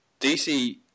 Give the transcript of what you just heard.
DC